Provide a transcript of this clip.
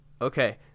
Okay